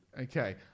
Okay